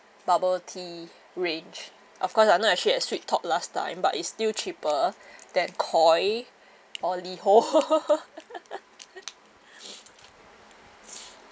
bubble tea range of course I'm not actually at Sweet Talk last time but it's still cheaper than Koi or Liho